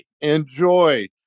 enjoy